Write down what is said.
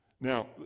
Now